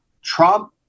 Trump